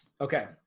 Okay